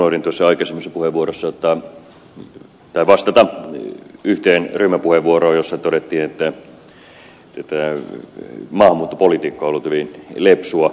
unohdin tuossa aikaisemmassa puheenvuorossa vastata yhteen ryhmäpuheenvuoroon jossa todettiin että maahanmuuttopolitiikka on ollut hyvin lepsua